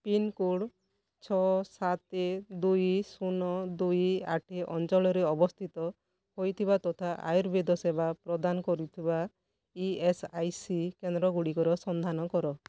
pincode ଛଅ ସାତ ଦୁଇ ଶୂନ ଦୁଇ ଆଠ ଅଞ୍ଚଳରେ ଅବସ୍ଥିତ ହୋଇଥିବା ତଥା ଆୟୁର୍ବେଦ ସେବା ପ୍ରଦାନ କରୁଥିବା ଇ ଏସ୍ ଆଇ ସି କେନ୍ଦ୍ର ଗୁଡ଼ିକର ସନ୍ଧାନ କର